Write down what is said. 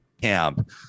Camp